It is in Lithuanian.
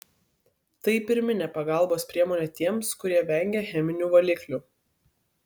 tai pirminė pagalbos priemonė tiems kurie vengia cheminių valiklių